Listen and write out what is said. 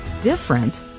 different